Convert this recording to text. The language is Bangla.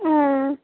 হুম